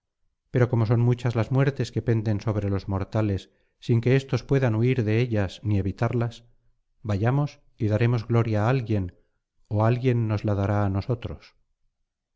pero como son muchas las muertes que penden sobre los mortales sin que éstos puedan huir de ellas ni evitarlas vayamos y daremos gloria á alguien ó alguien nos la dará á nosotros